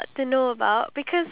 okay